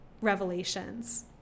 revelations